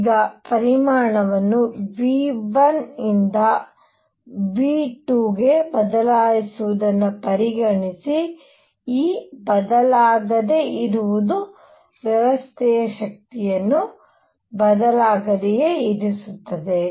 ಈಗ ಪರಿಮಾಣವನ್ನು V1 ರಿಂದ V2 ಗೆ ಬದಲಾಯಿಸುವುದನ್ನು ಪರಿಗಣಿಸಿ E ಬದಲಾಗದೆ ಇರುವುದು ವ್ಯವಸ್ಥೆಯ ಶಕ್ತಿಯನ್ನು ಬದಲಾಗದೆ ಇರಿಸುತ್ತದೆ